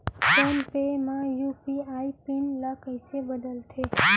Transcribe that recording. Phone पे म UPI PIN ल कइसे बदलथे?